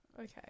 Okay